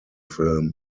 film